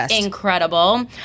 incredible